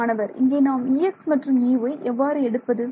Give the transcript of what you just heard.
மாணவர் இங்கே நாம் Ex மற்றும் Ey எவ்வாறு எடுப்பது